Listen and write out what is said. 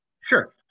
Sure